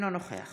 אינו נוכח